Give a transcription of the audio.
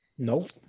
Nope